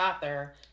author